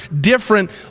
different